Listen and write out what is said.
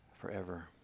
forever